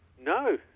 No